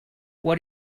what